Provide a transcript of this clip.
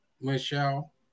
Michelle